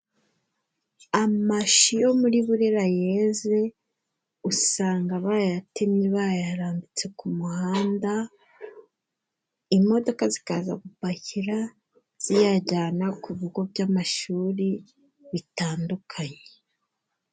Amashu yo muri Burera yeze usanga bayatemye bayarambitse ku muhanda, imodoka zikaza gupakira ziyajyana ku bigo by'amashuri bitandukanye.